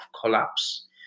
collapse